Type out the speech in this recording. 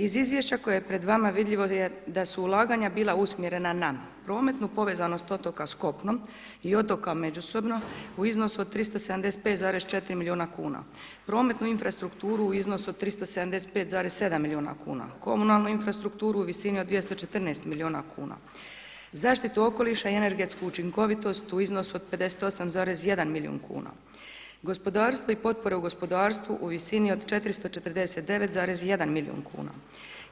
Iz izvješća koje je pred vama vidljivo je da su ulaganja bila usmjerena na prometnu povezanost otoka s kopnom i otoka međusobno u iznosu od 375,4 milijuna kuna, prometnu infrastrukturu u iznosu od 375,7 milijuna kuna, komunalnu infrastrukturu u visini od 214 milijuna kuna, zaštitu okoliša i energetsku učinkovitost u iznosu od 58,1 milijun kuna, gospodarstvo i potpore u gospodarstvu u visini od 449,1 milijun kuna,